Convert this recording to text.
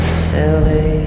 silly